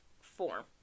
form